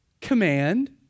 command